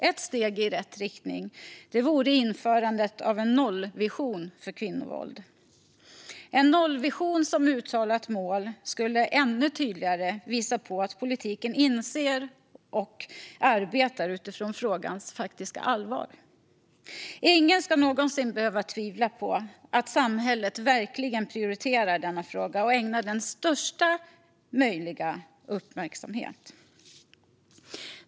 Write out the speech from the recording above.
Ett steg i rätt riktning vore införandet av en nollvision för kvinnovåld. En nollvision som uttalat mål skulle ännu tydligare visa att politiken inser och arbetar utifrån frågans faktiska allvar. Ingen ska någonsin behöva tvivla på att samhället verkligen prioriterar denna fråga och ägnar den största möjliga uppmärksamhet.